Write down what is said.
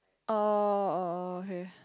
oh oh oh okay